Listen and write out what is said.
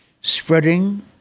spreading